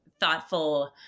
thoughtful